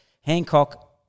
Hancock